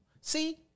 See